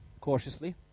cautiously